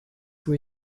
were